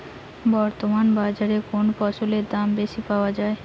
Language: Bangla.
বর্তমান বাজারে কোন ফসলের দাম বেশি পাওয়া য়ায়?